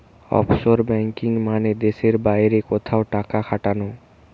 offshore banking মানে দেশের বাইরে কোথাও টাকা খাটানো